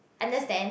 understand